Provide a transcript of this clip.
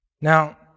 Now